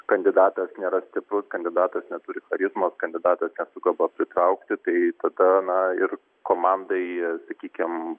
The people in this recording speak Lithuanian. kandidatas nėra stiprus kandidatas neturi charizmos kandidatas nesugeba pritraukti tai tada na ir komandai sakykim